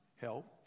help